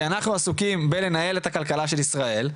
כי אנחנו עסוקים בלנהל את הכלכלה של ישראל.